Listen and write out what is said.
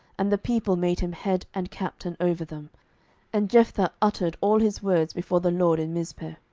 and the people made him head and captain over them and jephthah uttered all his words before the lord in mizpeh.